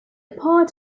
part